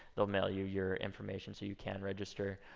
they'll mail you your information so you can register.